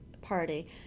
party